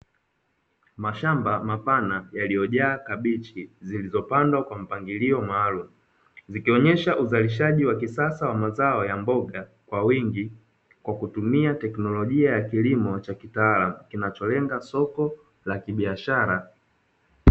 Mashamba mapana yaliojaa kabechi ,ilizopandwa kwa mpangilio maalumu. Ikionyesha uzalishaji wa kisasa wa mazao ya mboga kwa wingi kwa kutumia teknolojia ya kilimo cha kitaalamu kinacholenga soko la kibiashara.